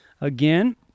Again